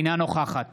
אינה נוכחת